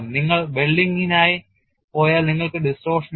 നിങ്ങൾ വെൽഡിങ്ങിനായി പോയാൽ നിങ്ങൾക്ക് distortion ഉണ്ട്